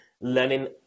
learning